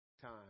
time